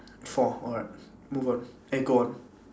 four alright move on eh go on